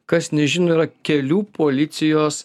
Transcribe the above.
kas nežino yra kelių policijos